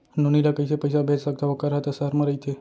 नोनी ल कइसे पइसा भेज सकथव वोकर हा त सहर म रइथे?